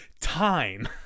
time